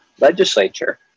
legislature